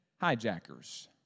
hijackers